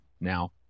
Now